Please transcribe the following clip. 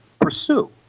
pursue